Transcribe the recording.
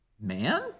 man